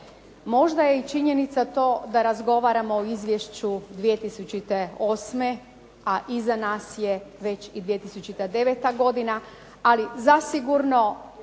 Možda je i činjenica to da razgovaramo o Izvješću 2008., a iza nas je već i 2009. godina, ali zasigurno